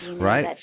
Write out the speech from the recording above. right